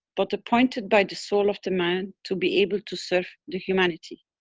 but appointed by the soul of the man to be able to serve the humanity.